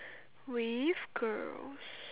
with girls